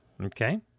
Okay